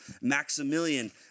Maximilian